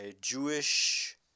jewish